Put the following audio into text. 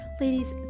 Ladies